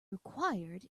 required